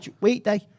weekday